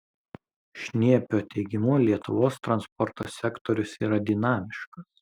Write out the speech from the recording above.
šniepio teigimu lietuvos transporto sektorius yra dinamiškas